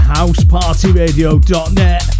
HousePartyRadio.net